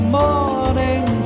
morning